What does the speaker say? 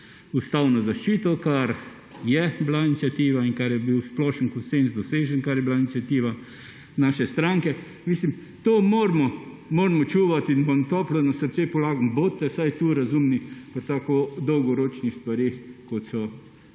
ustavno zaščito, kar je bila iniciativa in kar je bil splošen konsenz dosežen, kar je bila iniciativa naše stranke. To moramo čuvati in vam toplo na srce polagam, bodite vsaj tu razumni pri tako dolgoročnih stvareh, ki